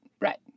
right